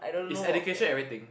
is education everything